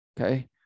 okay